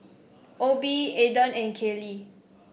Obie Ayden and Kayley